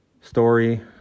story